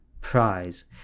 prize